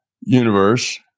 universe